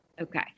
Okay